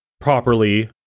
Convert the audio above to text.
properly